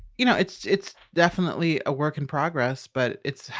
you know, it's it's definitely a work in progress, but it's,